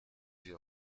sie